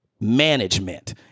management